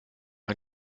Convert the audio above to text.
ein